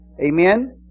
Amen